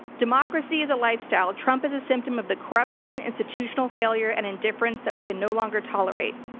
democracy is a lifestyle. trump is a symptom of the corruption, institutional failure and indifference that we can no longer tolerate.